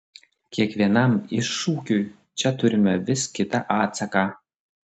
kiekvienam iššūkiui čia turime vis kitą atsaką